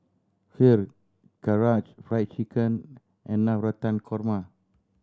Kheer Karaage Fried Chicken and Navratan Korma